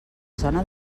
zona